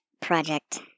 project